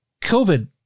COVID